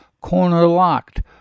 corner-locked